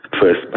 first